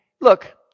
Look